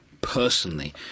personally